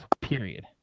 period